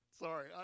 Sorry